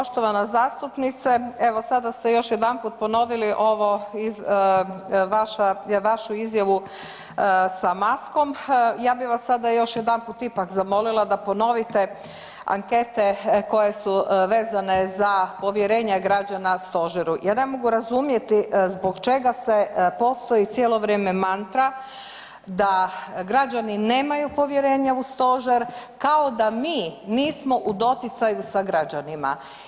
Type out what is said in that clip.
Poštovana zastupnice evo sada ste još jedanput ponovili ovo iz, vašu izjavu sa maskom, ja bi vas sada još jedanput ipak zamolila da ponovite ankete koje su vezane za povjerenja građana stožeru jer ne mogu razumjeti zbog čega se postoji cijelo vrijeme mantra da građani nemaju povjerenja u stožer kao da mi nismo u doticaju sa građanima.